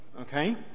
okay